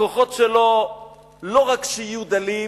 הכוחות שלו לא רק שיהיו דלים,